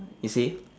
you see